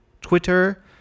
Twitter